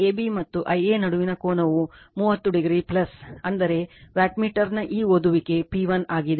ಆದ್ದರಿಂದ Vab ಮತ್ತು Ia ನಡುವಿನ ಕೋನ 30 o ಅಂದರೆ ವ್ಯಾಟ್ಮೀಟರ್ನ ಈ ಓದುವಿಕೆ P 1 ಆಗಿದೆ